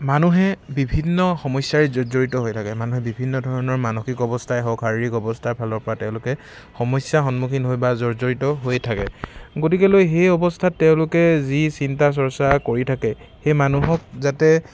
মানুহে বিভিন্ন সমস্যাৰে জৰ্জৰিত হৈ থাকে মানুহে বিভিন্ন ধৰণৰ মানসিক অৱস্থাই হওক শাৰীৰিক অৱস্থাৰ ফালৰ পৰা তেওঁলোকে সমস্যা সন্মুখীন হৈ বা জৰ্জৰিত হৈ থাকে গতিকেলৈ সেই অৱস্থাত তেওঁলোকে যি চিন্তা চৰ্চা কৰি থাকে সেই মানুহক যাতে